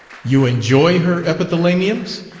you enjoy her epithalamiums,